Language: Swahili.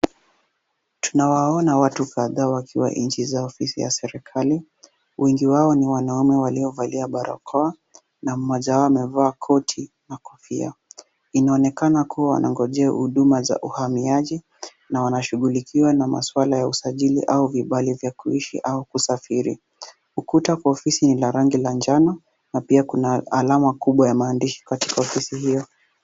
Tunawaona watu kadhaa wakiwa nje za ofisi ya serikali wengi wao ni wanaume waliovalia barakoa na mmoja wao amevaa koti na kofia, inaonekana kuwa wanangojea huduma za uhamiaji na wanashugulikiwa na maswala ya usajili au vibali vya kuishi au kusafiri, ukuta ofisi ni la rangi ya njano na pia kuna alama kubwa ya mahadishi katika ofisi hiyo.